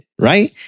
Right